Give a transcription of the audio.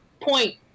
point